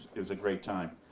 it was a great time.